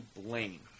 blame